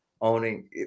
owning